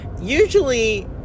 Usually